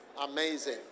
Amazing